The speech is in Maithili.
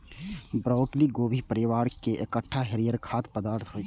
ब्रोकली गोभी परिवार केर एकटा हरियर खाद्य पौधा होइ छै